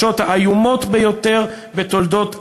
זוהי "אחת הפרשות האיומות ביותר בתולדות עמנו".